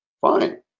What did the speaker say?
fine